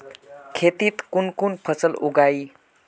खेतीत कुन कुन फसल उगेई?